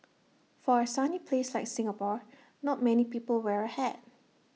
for A sunny place like Singapore not many people wear A hat